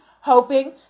hoping